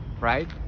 right